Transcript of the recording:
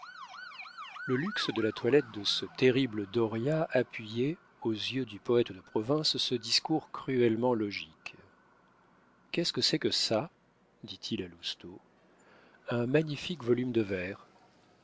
le luxe de la toilette de ce terrible dauriat appuyait aux yeux du poète de province ce discours cruellement logique qu'est-ce que c'est que ça dit-il à lousteau un magnifique volume de vers